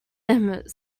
emmett